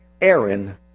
Aaron